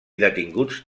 detinguts